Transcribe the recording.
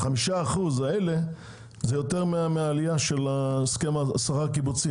ה-5% האלה הם יותר מהעלייה של הסכמי הקיבוצים,